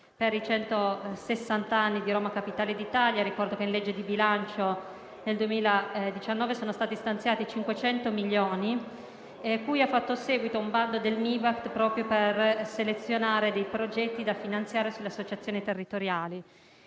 centocinquant'anni di Roma capitale d'Italia: ricordo che nella legge di bilancio 2019 sono stati stanziati 500.000 euro, cui ha fatto seguito un bando del Mibact proprio per selezionare progetti da finanziare sulle associazioni territoriali.